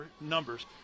numbers